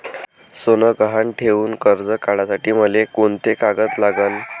सोनं गहान ठेऊन कर्ज काढासाठी मले कोंते कागद लागन?